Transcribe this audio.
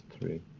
three